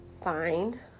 find